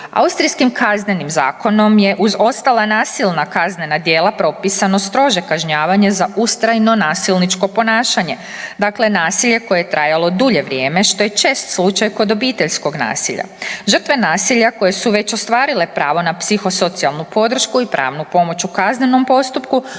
Austrijskim kaznenim zakonom je, uz ostala nasilna kaznena djela propisano strože kažnjavanje za ustrajno nasilničko ponašanje. Dakle, nasilje koje je trajalo dulje vrijeme, što je čest slučaj kod obiteljskog nasilja. Žrtve nasilja koje su već ostvarile pravo na psihosocijalnu podršku i pravnu pomoć u kaznenom postupku,